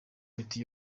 imiti